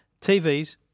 TVs